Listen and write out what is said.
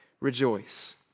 rejoice